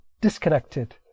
disconnected